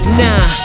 nah